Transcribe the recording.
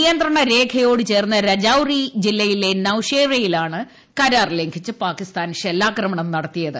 നിയന്ത്രണരേഖയോട് ചേർന്ന് രജൌറി ജില്ലയിലെ നൌഷേറയിലാണ് കരാർ ലംഘിച്ച് പാക്കിസ്ഥാൻ ഷെല്ലാക്രമം നടത്തിയത്